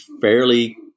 fairly